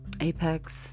apex